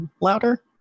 louder